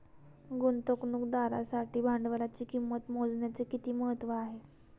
गुंतवणुकदारासाठी भांडवलाची किंमत मोजण्याचे किती महत्त्व आहे?